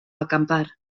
acampar